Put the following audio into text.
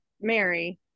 mary